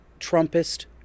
Trumpist